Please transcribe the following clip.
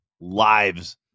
lives